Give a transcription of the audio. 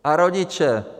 A rodiče.